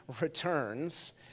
returns